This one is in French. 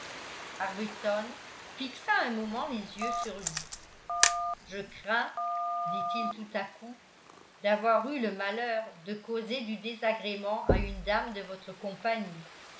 arbuton fixa un moment les yeux sur lui je crains dit-il tout à coup d'avoir eu le malheur de causer du désagrément à une dame de votre compagnie